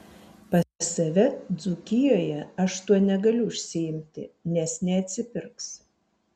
pas save dzūkijoje aš tuo negaliu užsiimti nes neatsipirks